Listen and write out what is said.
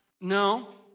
No